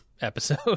episode